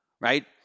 Right